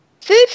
Food